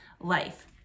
life